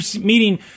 meeting